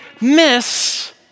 miss